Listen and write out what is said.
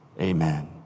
Amen